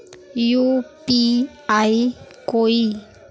UPI कोई